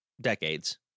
decades